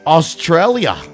Australia